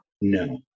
No